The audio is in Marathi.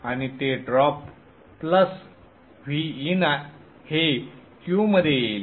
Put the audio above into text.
आणि ते ड्रॉप प्लस Vin हे Q मध्ये येईल